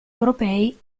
europei